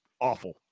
awful